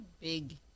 big